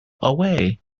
away